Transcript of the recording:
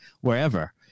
wherever